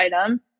item